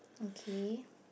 okay